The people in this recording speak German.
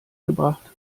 gebracht